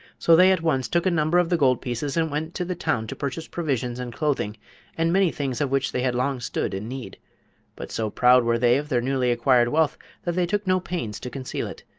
so they at once took a number of the gold pieces and went to the town to purchase provisions and clothing and many things of which they had long stood in need but so proud were they of their newly acquired wealth that they took no pains to conceal it.